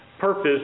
purpose